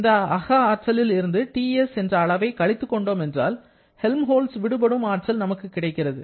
இந்த அக ஆற்றலில் இருந்து TS என்ற அளவை கழித்து கொண்டோம் என்றால் ஹெல்ம்ஹால்ட்ஸ் விடுபடும் ஆற்றல் நமக்கு கிடைக்கிறது